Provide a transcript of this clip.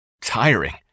tiring